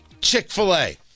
Chick-fil-A